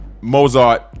Mozart